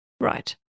right